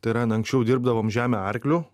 tai yra na anksčiau dirbdavom žemę arkliu